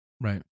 Right